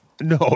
No